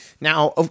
now